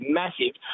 massive